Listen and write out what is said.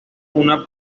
una